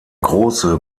große